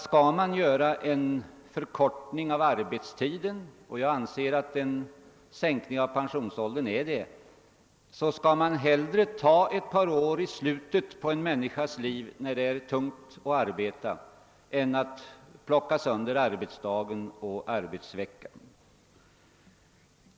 Skall man förkorta arbetstiden — och jag anser att en sänkning av pensionsåldern innebär en förkortning av arbetstiden — anser jag att man hellre bör ta ett par år i slutet av en människas liv, när det är tungt att arbeta, än att plottra sönder arbetsdagen och arbetsveckan.